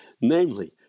Namely